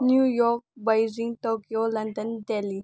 new York Beijing Tokyo London Delhi